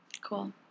Cool